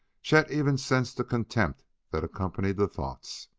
chet even sensed the contempt that accompanied the thoughts.